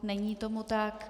Není tomu tak.